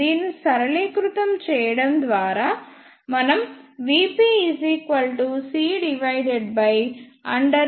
దీన్ని సరళీకృతం చేయడం ద్వారా మనం vpc1pdp2 పొందవచ్చు